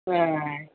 ஆ